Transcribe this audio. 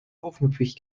aufmüpfig